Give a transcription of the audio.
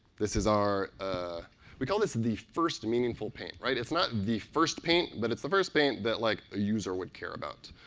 this is our ah we call this the first meaningful paint. it's not the first paint, but it's the first paint that, like, a user would care about.